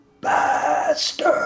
bastard